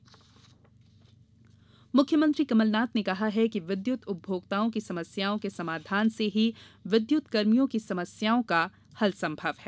मुख्यमंत्री बिजली मुख्यमंत्री कमलनाथ ने कहा है कि विद्युत उपभोक्ताओं की समस्याओं के समाधान से ही विद्युत कर्मियों की समस्याओं का हल संभव है